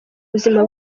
buzima